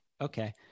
Okay